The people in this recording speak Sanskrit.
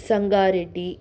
सङ्गारेड्डिः